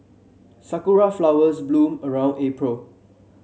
sakura flowers bloom around April